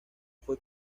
fue